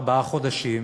ארבעה חודשים,